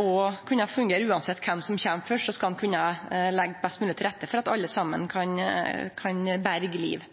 og uansett kven som kjem først, skal ein kunne leggje best mogleg til rette for at alle saman kan berge liv.